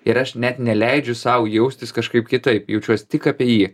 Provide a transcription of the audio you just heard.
ir aš net neleidžiu sau jaustis kažkaip kitaip jaučiuos tik apie jį